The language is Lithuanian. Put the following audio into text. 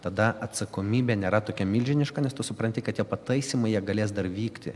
tada atsakomybė nėra tokia milžiniška nes tu supranti kad tie pataisymai jie galės dar vykti